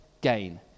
gain